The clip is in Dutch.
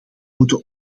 moeten